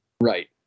Right